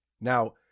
Now